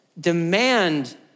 demand